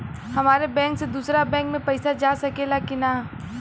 हमारे बैंक से दूसरा बैंक में पैसा जा सकेला की ना?